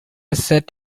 sat